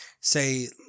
say